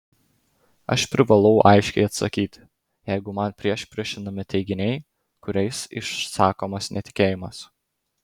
aš privalau aiškiai atsakyti jeigu man priešpriešinami teiginiai kuriais išsakomas netikėjimas